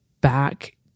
back